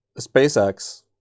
SpaceX